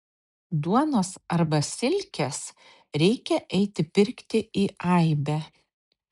duonos arba silkės reikia eiti pirkti į aibę